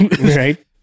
Right